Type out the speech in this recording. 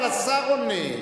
אבל השר עונה.